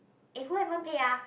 eh who haven't pay ah